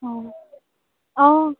অ' অ'